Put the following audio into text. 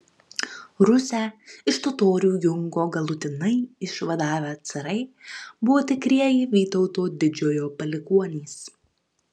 rusią iš totorių jungo galutinai išvadavę carai buvo tikrieji vytauto didžiojo palikuonys